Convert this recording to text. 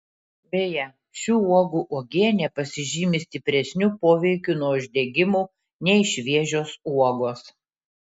beje šių uogų uogienė pasižymi stipresniu poveikiu nuo uždegimų nei šviežios uogos